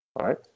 right